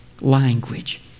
language